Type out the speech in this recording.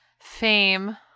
Fame